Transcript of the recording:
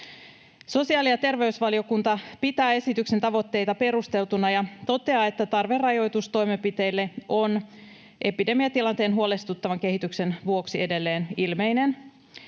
Sosiaali- ja terveysvaliokunta pitää esityksen tavoitteita perusteltuina ja toteaa, että tarve rajoitustoimenpiteille on epidemiatilanteen huolestuttavan kehityksen vuoksi edelleen ilmeinen